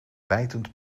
bijtend